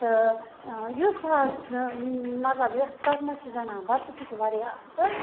تہٕ یُس حظ سُہ مطلب یَتھ تَتھ منٛز چھِ رَنان بتہٕ سُہ چھُ واریاہ اَصٕل